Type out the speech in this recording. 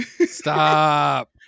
stop